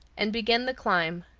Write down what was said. and begin the climb.